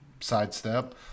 sidestep